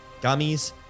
gummies